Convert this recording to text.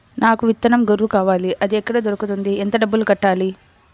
నాకు విత్తనం గొర్రు కావాలి? అది ఎక్కడ దొరుకుతుంది? ఎంత డబ్బులు కట్టాలి?